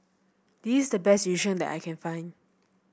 this is the best Yu Sheng that I can find